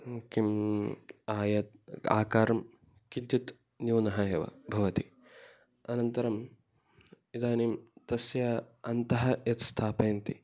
किम् आयत आकारं किञ्चित् न्यूनः एव भवति अनन्तरम् इदानीं तस्य अन्तः यत्स्थापयन्ति